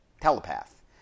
telepath